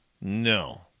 No